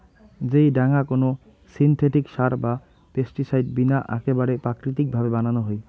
যেই ডাঙা কোনো সিনথেটিক সার বা পেস্টিসাইড বিনা আকেবারে প্রাকৃতিক ভাবে বানানো হই